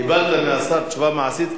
קיבלת מהשר תשובה מעשית,